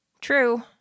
True